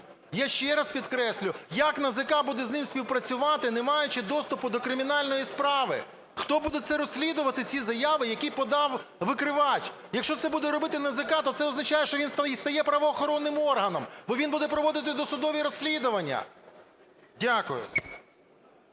Я ще раз підкреслюю, як НАЗК буде з ним співпрацювати, не маючи доступу до кримінальної справи? Хто буде це розслідувати, ці заяви, які подав викривач? Якщо це буде робити НАЗК, то це означає, що він стає правоохоронним органом, бо він буде проводити досудові розслідування. Дякую.